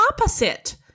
opposite